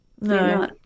No